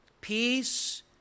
Peace